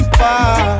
far